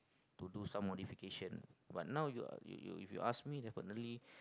to do some modification but now you you you you ask me definitely